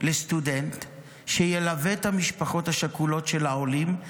לסטודנט שילווה את המשפחות השכולות של העולים,